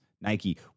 Nike